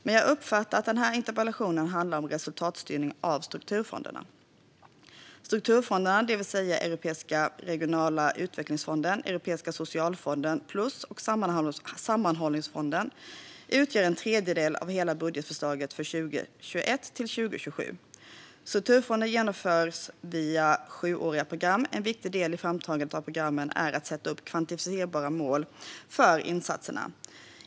Men jag uppfattar att den här interpellationen handlar om resultatstyrning av strukturfonderna. Strukturfonderna, det vill säga Europeiska regionala utvecklingsfonden, Europeiska socialfonden plus och Sammanhållningsfonden, utgör en tredjedel av hela budgetförslaget för 2021-2027. Strukturfonderna genomförs via sjuåriga program. En viktig del i framtagandet av programmen är att sätta upp kvantifierbara mål för insatserna.